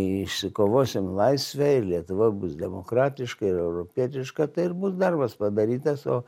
išsikovosim laisvę ir lietuva bus demokratiška ir europietiška tai ir bus darbas padarytas o